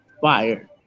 Fire